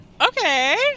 Okay